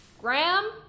Graham